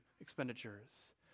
expenditures